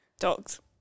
Dogs